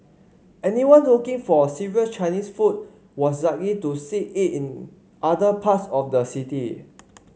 anyone looking for serious Chinese food was likely to seek it in other parts of the city